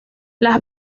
las